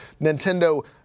Nintendo